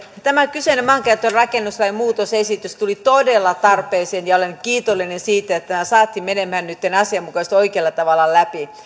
tämä kyseinen maankäyttö ja rakennuslain muutosesitys tuli todella tarpeeseen olen kiitollinen siitä että tämä saatiin menemään nytten asianmukaisesti ja oikealla tavalla läpi